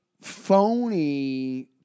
phony